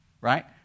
right